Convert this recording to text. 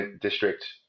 district